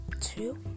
two